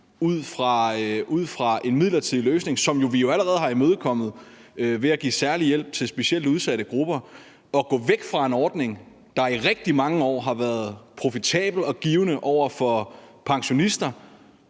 ud fra en midlertidig løsning, som vi jo allerede har imødekommet ved at give særlig hjælp til specielt udsatte grupper og gå væk fra en ordning, der i rigtig mange år har været profitabel og givende for pensionister,